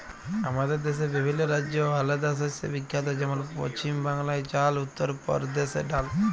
আমাদের দ্যাশে বিভিল্ল্য রাজ্য আলেদা শস্যে বিখ্যাত যেমল পছিম বাংলায় চাল, উত্তর পরদেশে ডাল